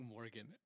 Morgan